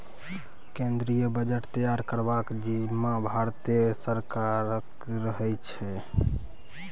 केंद्रीय बजट तैयार करबाक जिम्माँ भारते सरकारक रहै छै